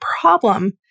problem